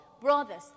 brothers